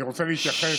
רוצה להתייחס,